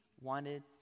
wanted